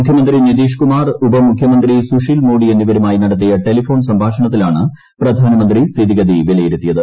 മുഖ്യമന്ത്രി നിതീഷ്കുമാർ ഉപമുഖ്യമന്ത്രി സുശീൽ മോഡി എന്നിവരുമായി നടത്തിയ ടെലിഫോൺ സംഭാഷണത്തിലാണ് പ്രധാനമന്ത്രി സ്ഥിതിഗതി വിലയിരുത്തിയത്